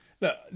Look